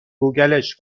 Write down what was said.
گوگلش